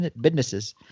businesses